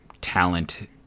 talent